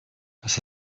das